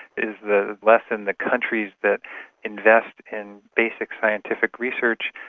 is the lesson. the countries that invest in basic scientific research,